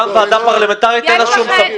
גם ועדה פרלמנטרית אין לה שום סמכות.